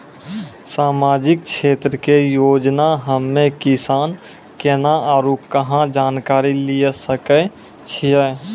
समाजिक क्षेत्र के योजना हम्मे किसान केना आरू कहाँ जानकारी लिये सकय छियै?